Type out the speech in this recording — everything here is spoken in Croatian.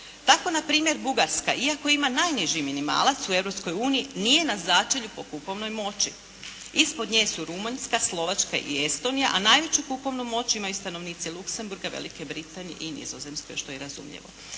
Tako npr. Bugarska iako ima najniži minimalac u Europskoj uniji, nije na začelju po kupovnoj moći. Ispod nje su Rumunjska, Slovačka i Estonija, a najveću kupovnu moć imaju stanovnici Luksemburga, Velike Britanije i Nizozemske što je razumljivo.